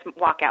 walkout